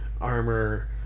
armor